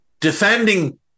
Defending